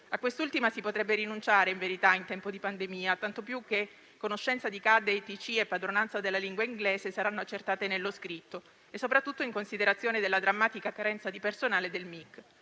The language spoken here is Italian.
A quest'ultima si potrebbe rinunciare, in tempo di pandemia, tanto più che la conoscenza di CAD e ITC e la padronanza della lingua inglese saranno accertate nello scritto, e soprattutto in considerazione della drammatica carenza di personale del